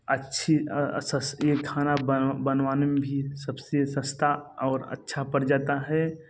अच्छी सस्ता ये खाना बन बनवाने में भी सब से सस्ता और अच्छा पड़ जाता है